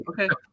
okay